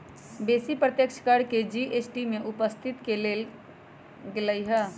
बेशी अप्रत्यक्ष कर के जी.एस.टी में उपस्थित क लेल गेलइ ह्